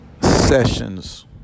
sessions